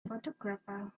photographer